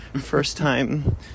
first-time